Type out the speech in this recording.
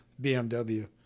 BMW